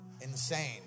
insane